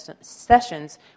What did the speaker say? sessions